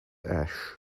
ash